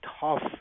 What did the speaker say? tough